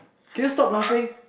can you stop laughing